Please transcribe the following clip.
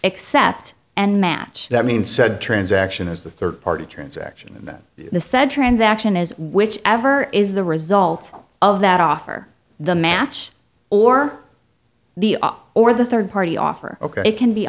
accept and match that means said transaction is the third party transaction that the said transaction is whichever is the result of that offer the match or the op or the third party offer it can be